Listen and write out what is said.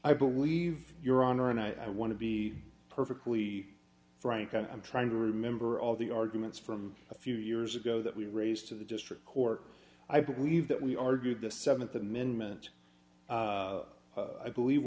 i believe your honor and i want to be perfectly frank i'm trying to remember all the arguments from a few years ago that we raised to the district court i believe that we argued the th amendment i believe